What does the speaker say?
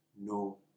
no